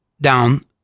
down